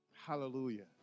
Hallelujah